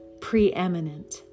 preeminent